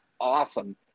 awesome